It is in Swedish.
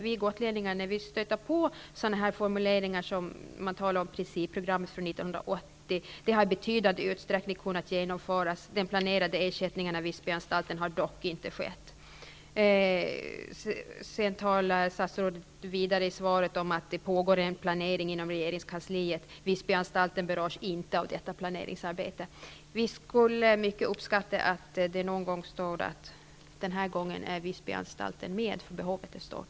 Vi gotlänningar blir litet oroade när vi t.ex. om principprogrammet för 1980 får höra: Det har i betydande utsträckning kunnat genomföras. Den planerade ersättningen av Visbyanstalten har dock inte skett. Vidare talar statsrådet i svaret om att det inom regeringskansliet pågår en planering men att Visbyanstalten inte berörs av detta planeringsarbete. Vi skulle mycket uppskatta att någon gång få höra att Visbyanstalten har tagits med i planeringen, eftersom behovet är stort.